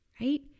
right